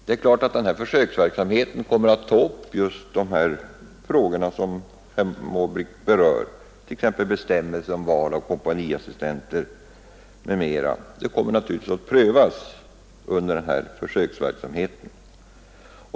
Det är klart att denna försöksverksamhet kommer att beröra just de frågor som herr Måbrink tar upp, t.ex. bestämmelsen om val av kompaniassistenter m.m.; den bestämmelsen kommer att prövas under denna försöksverksamhet.